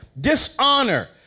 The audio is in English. Dishonor